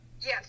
Yes